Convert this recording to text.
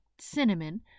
cinnamon